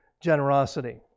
generosity